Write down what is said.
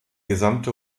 gesamte